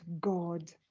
God